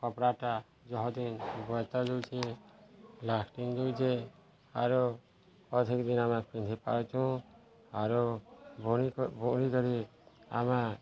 କପଡ଼ାଟା ଜହଦିନ ବତ ଦେଉଛେ ଲାଷ୍ଟିଙ୍ଗ ଦେଉଛେ ଆରୁ ଅଧିକ ଦିନ ଆମେ ପିନ୍ଧି ପାରୁଛୁଁ ଆରୁ ବୁଣି ବୁଣି କରି ଆମେ